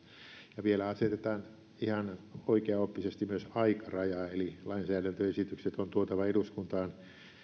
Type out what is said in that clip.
ja vielä asetetaan ihan oikeaoppisesti myös aikaraja eli lainsäädäntöesitykset on tuotava eduskuntaan